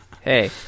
Hey